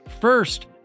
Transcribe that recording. First